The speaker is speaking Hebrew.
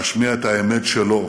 להשמיע את האמת שלו,